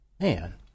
man